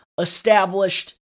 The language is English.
established